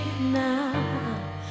now